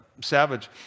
Savage